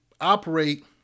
operate